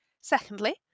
Secondly